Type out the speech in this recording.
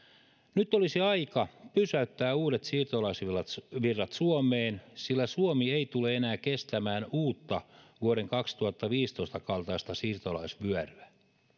nyt olisi aika pysäyttää uudet siirtolaisvirrat suomeen sillä suomi ei tule enää kestämään uutta vuoden kaksituhattaviisitoista kaltaista siirtolaisvyöryä